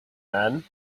man